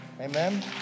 Amen